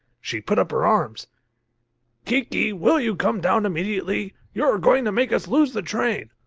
she put up her arms kiki will you come down immediately! you are going to make us lose the train!